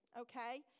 okay